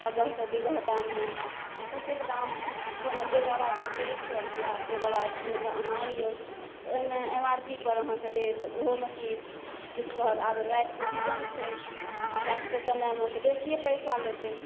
अगह से दीगह दाममे कतेक दाम कोनो जे दबाइके छै एक सए रुपैआ से दबाइ कीनके अहाँ अनियौ तऽ ओहिमे एम आर पी पर अहाँके देत ओहोमे की किछु कहत आब रातिके सीजन छै रातिके समयमे तऽ बेसिए पैसा लेतै